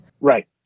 Right